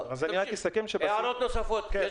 הערות נוספות?